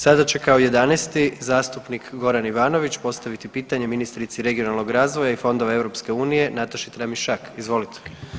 Sada će kao 11. zastupnik Goran Ivanović postaviti pitanje ministrici regionalnog razvoja i fondova EU Nataši Tramišak, izvolite.